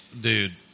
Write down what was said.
Dude